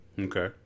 Okay